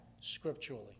scripturally